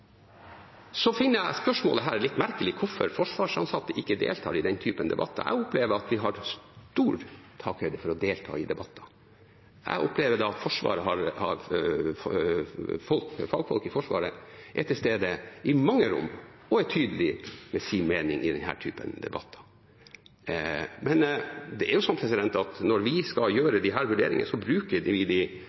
Så finner jeg spørsmålet om hvorfor forsvarsansatte ikke deltar i den typen debatter, litt merkelig. Jeg opplever at vi har stor takhøyde for å delta i debatter. Jeg opplever at fagfolk i Forsvaret et til stede i mange rom og er tydelige om sin mening i denne typen debatter. Men når vi skal gjøre disse vurderingene, bruker vi de institusjonene vi har, for å gjøre disse vurderingene. Vi bruker det lovverket vi